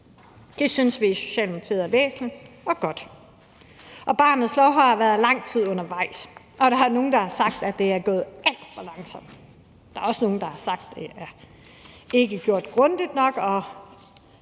Det synes vi i Socialdemokratiet er væsentligt og godt. Barnets lov har været lang tid undervejs, og der er nogle, der har sagt, at det er gået alt for langsomt. Der er også nogle, der har sagt, at det ikke er gjort grundigt nok,